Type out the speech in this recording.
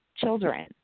children